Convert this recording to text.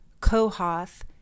Kohath